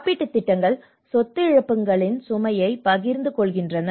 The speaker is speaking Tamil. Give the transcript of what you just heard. காப்பீட்டு திட்டங்கள் சொத்து இழப்புகளின் சுமையை பகிர்ந்து கொள்கின்றன